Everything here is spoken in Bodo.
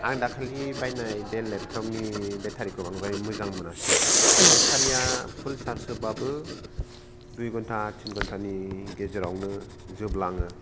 आं दाखालि बायनाय डेल लेपटपनि बेटारिखौ बांद्राय मोजां मोनासै आं बेटारिया फुल चार्ज होबाबो दुइ घण्टा तिनि घण्टानि गेजेरावनो जोबलाङो